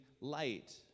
light